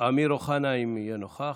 אמיר אוחנה, אם יהיה נוכח.